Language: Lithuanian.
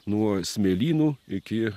nuo smėlynų iki